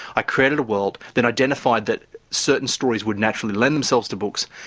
i created a world that identified that certain stories would naturally lend themselves to books,